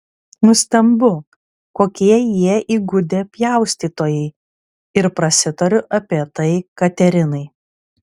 nustembu kokie jie įgudę pjaustytojai ir prasitariu apie tai katerinai